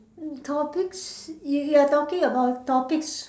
topics you you are talking about topics